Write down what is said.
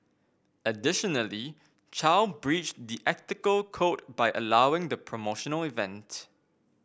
additionally Chow breached the ethical code by allowing the promotional event